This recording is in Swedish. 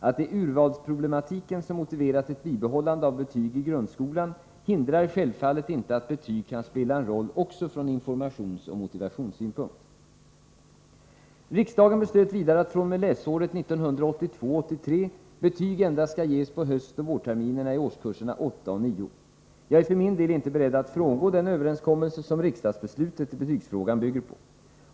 Att det är urvalsproblematiken som motiverat ett bibehållande av betyg i grundskolan hindrar självfallet inte att betyg kan spela en roll också från informationsoch motivationssynpunkt. Riksdagen beslöt vidare att fr.o.m. läsåret 1982/83 betyg endast skall ges på höstoch vårterminerna i årskurserna 8 och 9. Jag är för min del inte beredd att frångå den överenskommelse som riksdagsbeslutet i betygsfrågan bygger på.